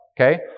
Okay